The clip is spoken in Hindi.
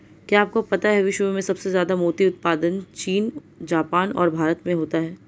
क्या आपको पता है विश्व में सबसे ज्यादा मोती उत्पादन चीन, जापान और भारत में होता है?